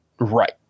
Right